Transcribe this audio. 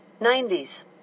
90s